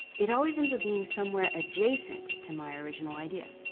it always ends up being somewhere adjacent to my original idea.